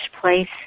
place